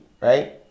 right